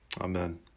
Amen